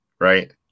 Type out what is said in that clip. right